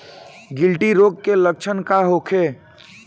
गिल्टी रोग के लक्षण का होखे?